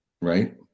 Right